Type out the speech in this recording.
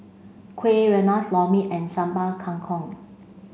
Kuih Rengas Lor Mee and Sambal Kangkong